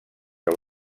que